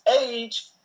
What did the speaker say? age